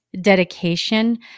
dedication